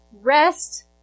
rest